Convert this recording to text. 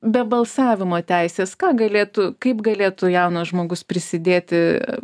be balsavimo teisės ką galėtų kaip galėtų jaunas žmogus prisidėti